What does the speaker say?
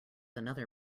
another